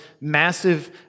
massive